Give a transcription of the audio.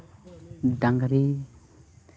ᱰᱟᱝᱨᱤ